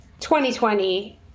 2020